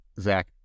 Zach